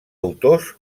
autors